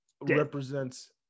represents